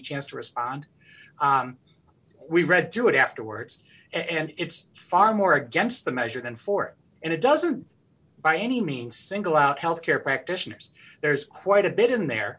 chance to respond we read through it afterwards and it's far more against the measure than four and it doesn't by any means single out health care practitioners there's quite a bit in the